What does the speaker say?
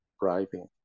bribing